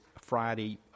Friday